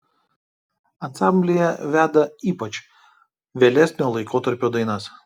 ansamblyje veda ypač vėlesnio laikotarpio dainas